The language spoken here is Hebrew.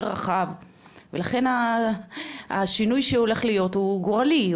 יותר רחב ולכן השינוי שהולך להיות הוא גורלי,